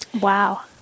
Wow